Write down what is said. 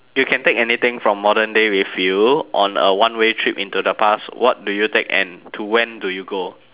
you can take anything from modern day with you on a one way trip into the past what do you take and to when do you go